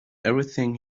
everything